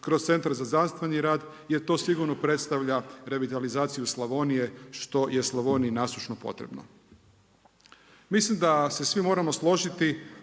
kroz centar za znanstveni rad jer to sigurno predstavlja revitalizaciju Slavonije što je Slavoniji nasušno potrebno. Mislim da se svi moramo složiti